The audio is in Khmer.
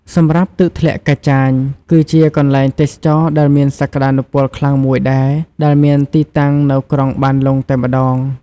សម្រាប់ទឹកធ្លាក់កាចាញ គឺជាកន្លែងទេសចរដែលមានសក្តានុពលខ្លាំងមួយដែរ ដែលមានទីតាំងនៅក្រុងបានលុងតែម្តង។